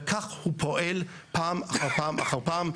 וכך הוא פועל פעם אחר פעם אחר פעם.